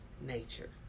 nature